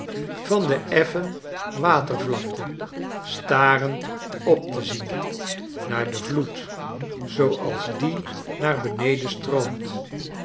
van de effen watervlakte starend op te zien naar den vloed zooals die naar beneden stroomt